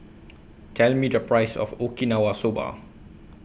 Tell Me The Price of Okinawa Soba